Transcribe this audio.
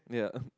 yeah